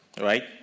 right